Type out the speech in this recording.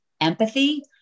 empathy